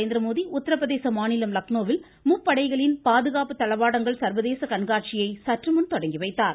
நரேந்திரமோடி உத்தரப்பிரதேச மாநிலம் லக்னோவில் முப்படைகளின் பாதுகாப்பு தளவாடங்கள் சர்வதேச கண்காட்சியை சற்றுமுன் தொடங்கி வைத்தார்